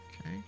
Okay